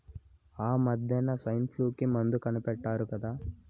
ఆమద్దెన సైన్ఫ్లూ కి మందు కనిపెట్టినారు కదా